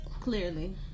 clearly